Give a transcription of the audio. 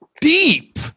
deep